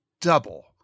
double